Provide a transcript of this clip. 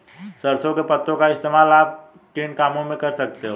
सरसों के पत्तों का इस्तेमाल आप और किन कामों में कर सकते हो?